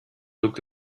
looked